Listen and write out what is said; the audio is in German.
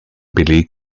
beleg